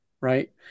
right